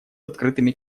открытыми